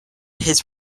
his